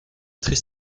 très